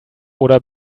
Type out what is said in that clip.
oder